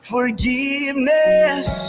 Forgiveness